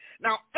Now